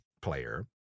player